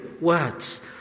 words